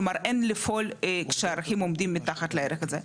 כלומר אין לפעול כשהערכים עומדים מתחת לערך הזה.